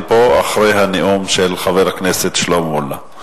פה אחרי הנאום של חבר הכנסת שלמה מולה.